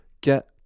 get